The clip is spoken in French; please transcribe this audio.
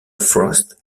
frost